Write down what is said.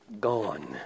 gone